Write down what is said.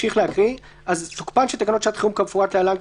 הארכת תוקף 1. תוקפן של תקנות שעת חירום כמפורט להלן,